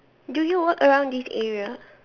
do you work around this area